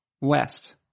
West